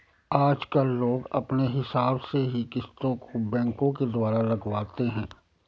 आजकल लोग अपने हिसाब से ही किस्तों को बैंकों के द्वारा लगवाते हैं